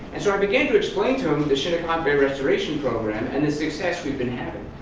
and so i began to explain to him the shinnecock bay restoration program and the success we've been having.